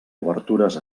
obertures